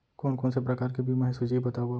कोन कोन से प्रकार के बीमा हे सूची बतावव?